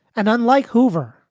and unlike hoover,